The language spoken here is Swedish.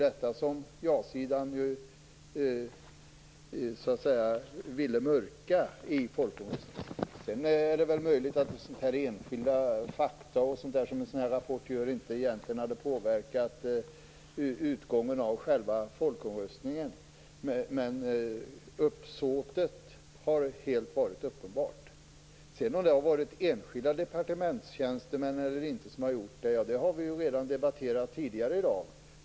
Detta ville ju ja-sidan mörklägga i folkomröstningen. Det är möjligt att enskilda faktauppgifter och en sådan här rapport inte hade påverkat utgången av själva folkomröstningen, men det har varit ett helt uppenbart uppsåt. Sedan kan man diskutera om det är enskilda departementstjänstemän eller inte som ligger bakom det här. Vi har ju redan debatterat detta tidigare i dag.